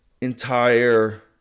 entire